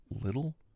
little